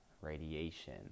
radiation